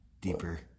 Deeper